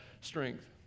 strength